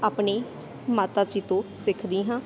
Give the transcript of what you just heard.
ਆਪਣੀ ਮਾਤਾ ਜੀ ਤੋਂ ਸਿੱਖਦੀ ਹਾਂ